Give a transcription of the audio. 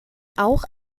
auch